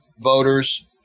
voters